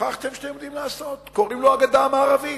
שאתם יודעים לעשות, קוראים לו הגדה המערבית.